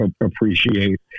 appreciate